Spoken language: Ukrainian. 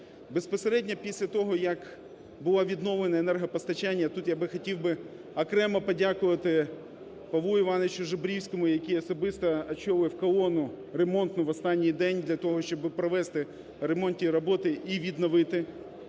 Безпосередньо після того, як було відновлено енергопостачання, тут я би хотів би окремо подякувати Павлу Івановичу Жебрівському, який особисто очолив колонну ремонту в останній день для того, щоби провести ремонтні роботи і відновити енергопостачання,